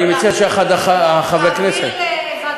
אני מציע שאחד מחברי הכנסת,